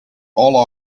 all